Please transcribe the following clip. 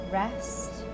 rest